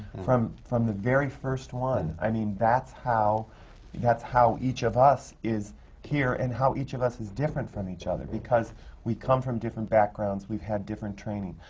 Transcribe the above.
from from the very first one. i mean, that's how that's how each of us is here and how each of us is different from each other, because we come from different backgrounds, we've had different training.